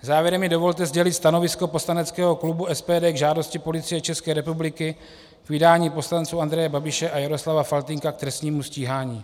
Závěrem mi dovolte sdělit stanovisko poslaneckého klubu SPD k žádosti Policie České republiky k vydání poslanců Andreje Babiše a Jaroslava Faltýnka k trestnímu stíhání.